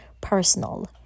personal